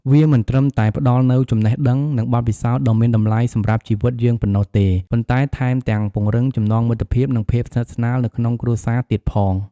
វាមិនត្រឹមតែផ្ដល់នូវចំណេះដឹង និងបទពិសោធន៍ដ៏មានតម្លៃសម្រាប់ជីវិតយើងប៉ុណ្ណោះទេ ប៉ុន្តែថែមទាំងពង្រឹងចំណងមិត្តភាព និងភាពស្និទ្ធស្នាលនៅក្នុងគ្រួសារទៀតផង។